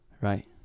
Right